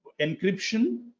encryption